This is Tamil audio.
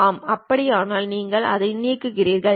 ஆம் அப்படியானால் நீங்கள் அதை நீக்குகிறீர்கள்